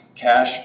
cash